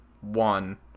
one